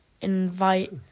invite